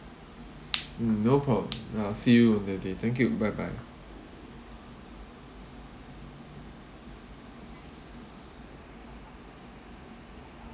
mm no problem ya see you on that day thank you bye bye